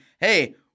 Hey